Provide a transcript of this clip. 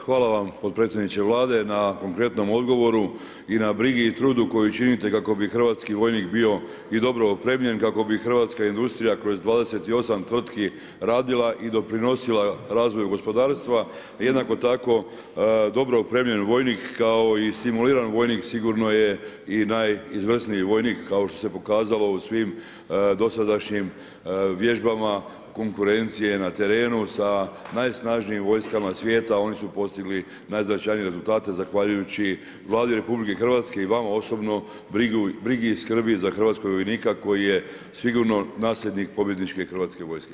Hvala vam potpredsjedniče Vlade na konkretnom odgovoru i na brizi i trudu koji činite kako bi hrvatski vojnik bio dobro opremljen, kako bi hrvatska industrija kroz 28 tvrtki radila i doprinosila razvoju gospodarstva, jednako tako dobro opremljen vojnik kao i simuliran vojnik sigurno je i najizvorniji vojnik kao što se pokazalo u svim dosadašnjim vježbama konkurencije na terenu sa najsnažniji vojskama svijeta oni su postigli najznačajnije rezultate zahvaljujući Vladi RH i vama osobno, brizi i skrbi za hrvatskih vojnika koji je sigurno nasljednik pobjedničke hrvatske vojske.